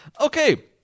okay